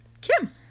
Kim